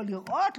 לא לראות,